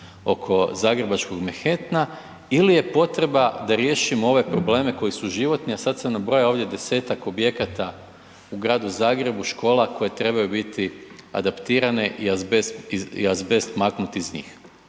oko zagrebačkog Manhattana ili je potreba da riješimo ove probleme koji su životni, a sada sam nabrojao ovdje desetak objekata u gradu Zagrebu, škola koje trebaju biti adaptirane i azbest maknuti iz njih.